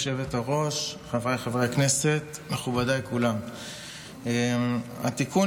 חבריי חברי הכנסת, מכובדיי כולם, התיקון